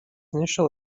initial